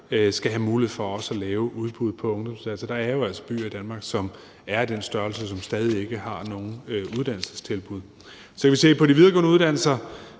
skal have mulighed for også at lave udbud på ungdomsuddannelser. Der er jo altså byer i Danmark, som er af den størrelse, og som stadig ikke har nogen uddannelsestilbud. Kl. 16:47 Så kan vi se på de videregående uddannelser,